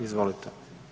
Izvolite.